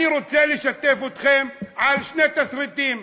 אני רוצה לשתף אתכם בשני תסריטים,